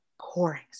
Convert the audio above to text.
pouring